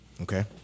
Okay